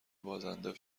بازنده